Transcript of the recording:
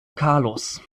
carlos